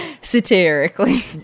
Satirically